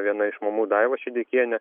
viena iš mamų daiva šideikienė